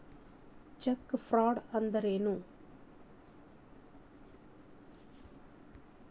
Check fraud ಅಂದ್ರ ಏನು?